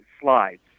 slides